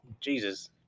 jesus